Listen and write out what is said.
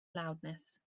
loudness